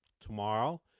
tomorrow